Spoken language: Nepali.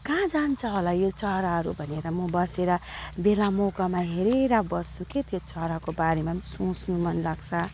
कहाँ जान्छ होला यो चराहरू भनेर म बसेर बेला मौकामा हेरेर बस्छु के त्यो चराको बारेमा पनि सोच्नु मन लाग्छ